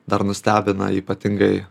dar nustebina ypatingai